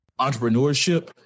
entrepreneurship